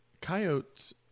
coyotes